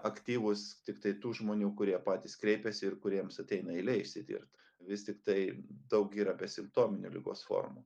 aktyvus tiktai tų žmonių kurie patys kreipiasi ir kuriems ateina eilė išsitirt vis tiktai daug yra besimptominių ligos formų